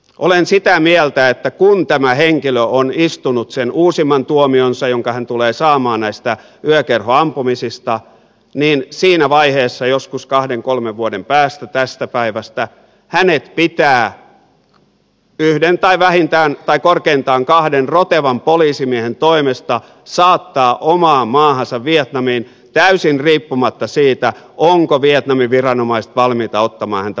olen sitä mieltä että kun tämä henkilö on istunut sen uusimman tuomionsa jonka hän tulee saamaan näistä yökerhoampumisista niin siinä vaiheessa joskus kahden kolmen vuoden päästä tästä päivästä hänet pitää yhden tai korkeintaan kahden rotevan poliisimiehen toimesta saattaa omaan maahansa vietnamiin täysin riippumatta siitä ovatko vietnamin viranomaiset valmiit ottamaan hänet vastaan vai eivät